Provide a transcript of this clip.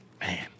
Man